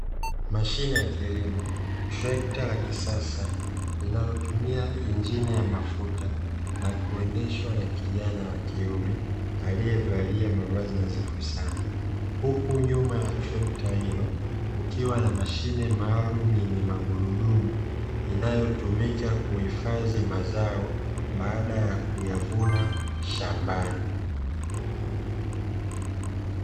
Mashine ya kilimo trekta la kisasa linalotumia injini ya mafuta na kuendeshwa na kijana wa kiume, aliyevalia mavazi nadhifu sana huku nyuma ya trekta hilo kukiwa na mashine maalumu yenye magurudumu inayotumika kuhifadhi mazao baada ya kuyavuna shambani.